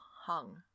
hung